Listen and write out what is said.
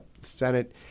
Senate